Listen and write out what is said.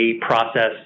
process